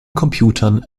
computern